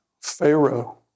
Pharaoh